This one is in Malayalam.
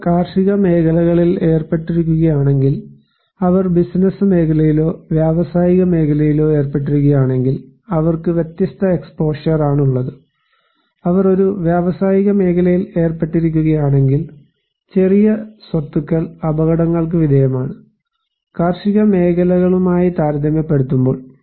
അവർ കാർഷിക മേഖലകളിൽ ഏർപ്പെട്ടിരിക്കുകയാണെങ്കിൽ അവർ ബിസിനസ്സ് മേഖലയിലോ വ്യാവസായിക മേഖലയിലോ ഏർപ്പെട്ടിരിക്കുകയാണെങ്കിൽ അവർക്ക് വ്യത്യസ്ത എക്സ്പോഷർ ആണ് ഉള്ളത് അവർ ഒരു വ്യാവസായിക മേഖലയിൽ ഏർപ്പെട്ടിരിക്കുകയാണെങ്കിൽ ചെറിയ സ്വത്തുക്കൾ അപകടങ്ങൾക്ക് വിധേയമാണ് കാർഷിക മേഖലകളുമായി താരതമ്യപ്പെടുത്തുമ്പോൾ